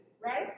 right